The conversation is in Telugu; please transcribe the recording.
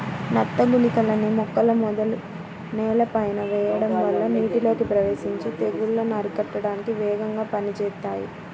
నత్త గుళికలని మొక్కల మొదలు నేలపైన వెయ్యడం వల్ల నీటిలోకి ప్రవేశించి తెగుల్లను అరికట్టడానికి వేగంగా పనిజేత్తాయి